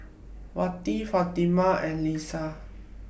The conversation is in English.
Wati Fatimah and Lisa